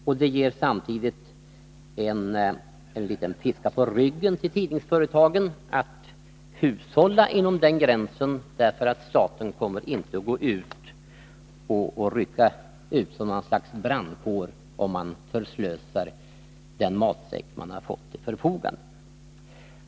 Samtigt ger det en liten piska på ryggen åt tidningsföretagen när det gäller att hushålla inom den gränsen, eftersom staten inte kommer att rycka ut som något slags brandkår, om man förslösar 53 den matsäck man fått till förfogande.